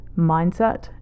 mindset